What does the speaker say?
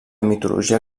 mitologia